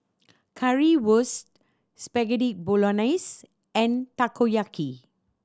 Currywurst Spaghetti Bolognese and Takoyaki